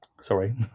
sorry